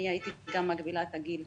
הייתי גם מגבילה את הגיל,